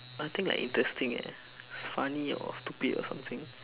nothing like interesting eh funny or stupid or something